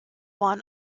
won